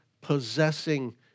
possessing